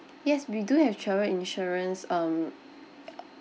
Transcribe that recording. yes we do have travel insurance um